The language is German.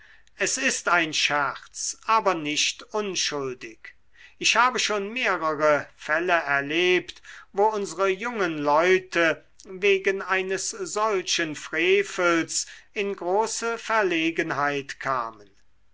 es ist ein scherz aber nicht unschuldig ich habe schon mehrere fälle erlebt wo unsere jungen leute wegen eines solchen frevels in große verlegenheit kamen